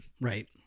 right